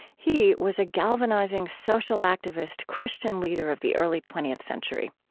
he was a galvanizing social activist christian leader of the early twentieth century.